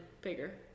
Bigger